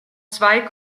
zwei